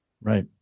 Right